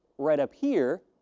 right up here.